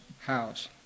house